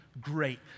great